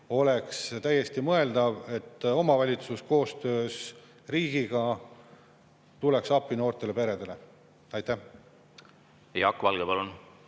oleks täiesti mõeldav, et omavalitsus koostöös riigiga tuleks noortele peredele appi. Jaak Valge, palun!